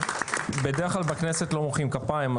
בדרך כלל בכנסת לא מוחאים כפיים,